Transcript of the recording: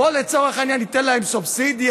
בוא לצורך העניין ניתן להם סובסידיה,